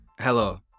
Hello